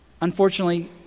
Unfortunately